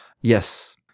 Yes